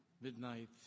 midnight